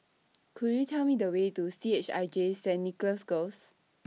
Could YOU Tell Me The Way to C H I J Saint Nicholas Girls